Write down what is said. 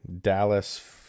Dallas